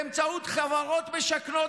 באמצעות חברות משכנות,